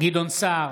גדעון סער,